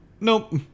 nope